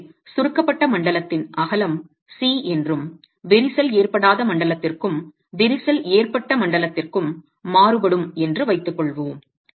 எனவே சுருக்கப்பட்ட மண்டலத்தின் அகலம் c என்றும் விரிசல் ஏற்படாத மண்டலத்திற்கும் விரிசல் ஏற்பட்ட மண்டலத்திற்கும் மாறுபடும் என்று வைத்துக்கொள்வோம்